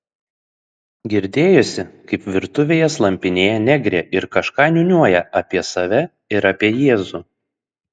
girdėjosi kaip virtuvėje slampinėja negrė ir kažką niūniuoja apie save ir apie jėzų